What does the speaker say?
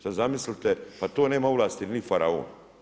Sad zamislite, pa to nema ovlasti ni faraon.